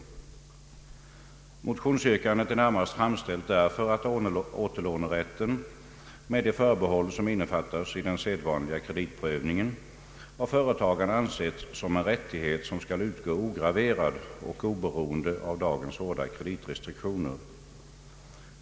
Motionsyrkandet är närmast framställt därför att återlånerätten, med de garna ansetts som en rättighet som skall utgå ograverad och oberoende av dagens hårda kreditrestriktioner.